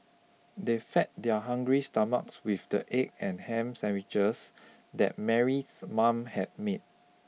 they fed their hungry stomachs with the egg and ham sandwiches that Mary's mom had made